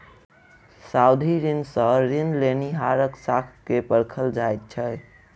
सावधि ऋण सॅ ऋण लेनिहारक साख के परखल जाइत छै